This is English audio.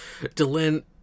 Dylan